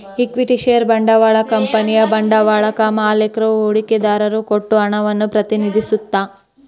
equity share ಬಂಡವಾಳ ಕಂಪನಿಯ ಬಂಡವಾಳಕ್ಕಾ ಮಾಲಿಕ್ರು ಹೂಡಿಕೆದಾರರು ಕೊಟ್ಟ ಹಣವನ್ನ ಪ್ರತಿನಿಧಿಸತ್ತ